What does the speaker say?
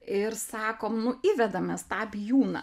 ir sakom nu įvedam mes tą bijūną